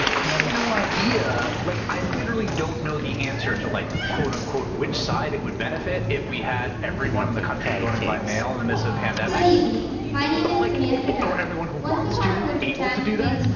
i have no idea. like i literally don't know the answer to like quote unquote which side it would benefit if we had everyone in the country voting by mail in the midst of a pandemic but like or everyone who wants to able to do that.